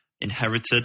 inherited